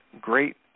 great